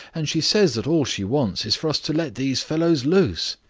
and she says that all she wants is for us to let these fellows loose.